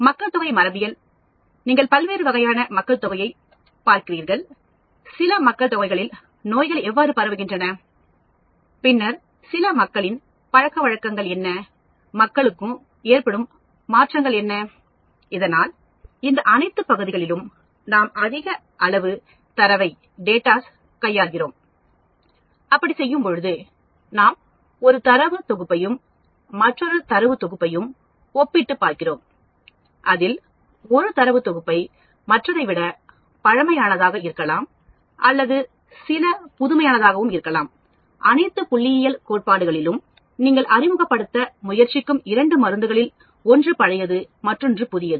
மக்கள்தொகை மரபியல் நீங்கள் பல்வேறு வகையான மக்கள்தொகையைப் பார்க்கிறீர்கள் சில மக்கள்தொகைகளில் நோய்கள் எவ்வாறு பரவுகின்றன பின்னர் சில மக்களின் பழக்கவழக்கங்கள் என்ன மக்களுக்கு ஏற்படும் மாற்றங்கள் என்ன அதனால் இந்த அனைத்துப் பகுதிகளிலும் நாம் அதிக அளவு தரவை கையாள்கிறோம் அப்படி செய்யும் பொழுது நாம் ஒரு தரவு தொகுப்பையும் மற்றொரு தரவு தொகுப்பையும் ஒப்பிட்டுப் பார்க்கிறோம் அதில் ஒரு தரவுத் தொகுப்பு மற்றதை விட பழமையானதாக இருக்கலாம் அல்லது சில புதுமையானதாக இருக்கலாம் அனைத்து புள்ளியியல் கோட்பாடுகளிலும் நீங்கள் அறிமுகப்படுத்த முயற்சிக்கும் இரண்டு மருந்துகளில் ஒன்று பழையது மற்றொன்று புதியது